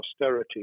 austerity